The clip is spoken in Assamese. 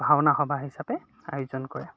ভাওনা সভা হিচাপে আয়োজন কৰে